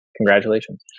Congratulations